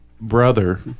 brother